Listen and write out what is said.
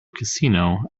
casino